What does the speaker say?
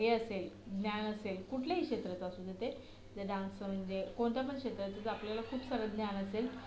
हे असेल ज्ञान असेल कुठल्याही क्षेत्राचं असु दे ते डान्सचं म्हणजे कोणत्या पण क्षेत्राचं जर आपल्याला खूप सारं ज्ञान असेल